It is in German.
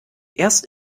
erst